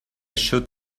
should